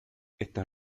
estas